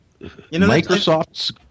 Microsoft's